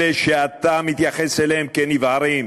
אלה שאתה מתייחס אליהם כאל נבערים,